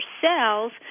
cells